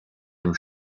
dem